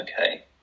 okay